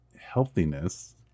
Healthiness